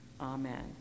Amen